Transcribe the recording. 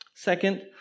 Second